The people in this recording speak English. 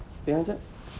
pegang jap